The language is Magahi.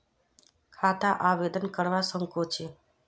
खाता आवेदन करवा संकोची?